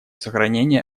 сохранения